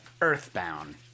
Earthbound